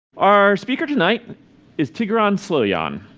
our speaker tonight is tigran sloyan,